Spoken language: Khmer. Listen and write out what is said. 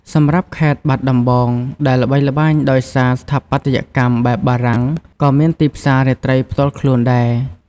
សម្រាប់ខេត្តបាត់ដំបង ដែលល្បីល្បាញដោយសារស្ថាបត្យកម្មបែបបារាំងក៏មានទីផ្សាររាត្រីផ្ទាល់ខ្លួនដែរ។